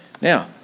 Now